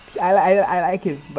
I am kosi what a bigg boss